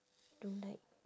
don't like